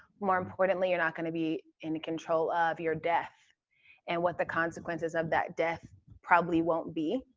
more importantly, you're not gonna be in control of your death and what the consequences of that death probably won't be.